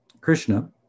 Krishna